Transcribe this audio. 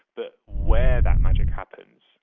but where that magic happens,